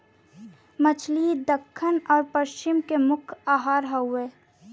मछली दक्खिन आउर पश्चिम के प्रमुख आहार हउवे